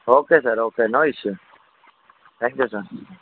okay sir okay no issue thank you sir